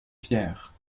pierre